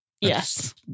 Yes